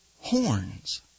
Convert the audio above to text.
horns